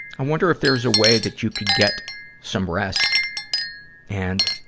i wonder if there's a way that you could get some rest and